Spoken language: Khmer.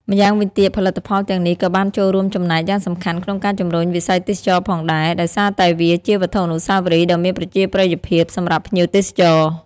ម្យ៉ាងវិញទៀត ផលិតផលទាំងនេះក៏បានចូលរួមចំណែកយ៉ាងសំខាន់ក្នុងការ ជំរុញវិស័យទេសចរណ៍ ផងដែរ ដោយសារតែវាជាវត្ថុអនុស្សាវរីយ៍ដ៏មានប្រជាប្រិយភាពសម្រាប់ភ្ញៀវទេសចរ។